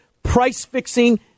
price-fixing